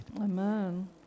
Amen